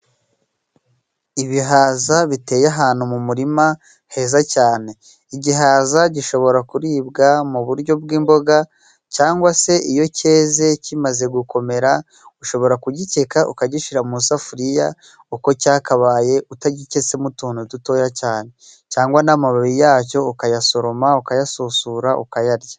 Ibihaza biteye ahantu mu murima heza cyane, igihaza gishobora kuribwa mu buryo bw'imboga cyangwa se iyo cyeze kimaze gukomera, ushobora kugikeka ukagishira mu safuriya uko cyakabaye, utagiketsemo utuntu dutoya cyane, cyangwa n'amababi yacyo ukayasoroma ukayasusura ukayarya.